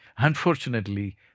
unfortunately